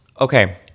Okay